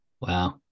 wow